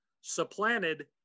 supplanted